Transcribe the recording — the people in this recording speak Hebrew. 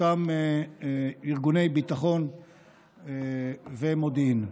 אותם ארגוני ביטחון ומודיעין.